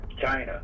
China